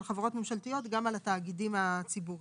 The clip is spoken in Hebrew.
חברות ממשלתיות גם על התאגידים הציבוריים,